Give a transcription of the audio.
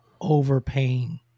overpaying